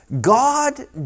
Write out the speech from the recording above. God